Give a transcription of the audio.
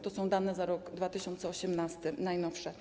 To są dane za rok 2018, najnowsze.